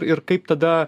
ir kaip tada